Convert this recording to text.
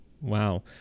wow